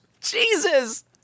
jesus